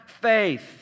faith